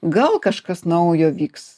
gal kažkas naujo vyks